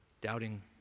doubting